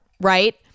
right